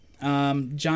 John